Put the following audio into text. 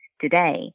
today